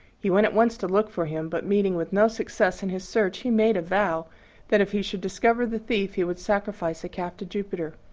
he went at once to look for him, but, meeting with no success in his search, he made a vow that, if he should discover the thief, he would sacrifice a calf to jupiter.